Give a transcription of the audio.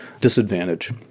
disadvantage